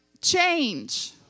change